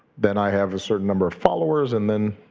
then i have a certain number of followers and then